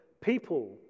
people